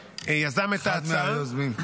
שיזם את ההצעה -- אחד מהיוזמים.